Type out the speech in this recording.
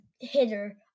hitter